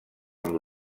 amb